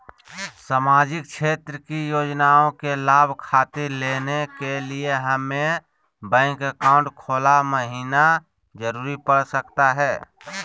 सामाजिक क्षेत्र की योजनाओं के लाभ खातिर लेने के लिए हमें बैंक अकाउंट खोला महिना जरूरी पड़ सकता है?